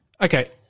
Okay